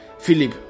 Philip